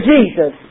Jesus